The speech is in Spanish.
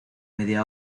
media